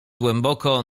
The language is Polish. głęboko